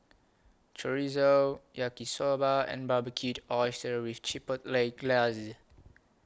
Chorizo Yaki Soba and Barbecued Oysters with Chipotle Glaze